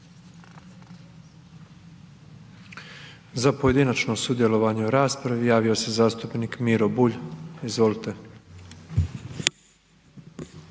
Za pojedinačno sudjelovanje u raspravi javio se također zastupnik Saša Đujić.